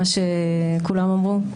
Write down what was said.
מה כולם אמרו?